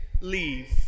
leave